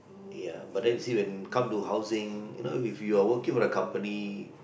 ya but then you see when come to housing if you are working for the company